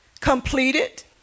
completed